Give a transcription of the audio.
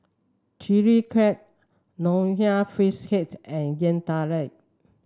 Chili Crab Nonya Fish Head and Yam Talam